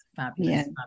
Fabulous